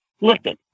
Listen